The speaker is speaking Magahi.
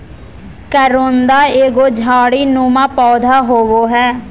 करोंदा एगो झाड़ी नुमा पौधा होव हय